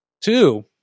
Two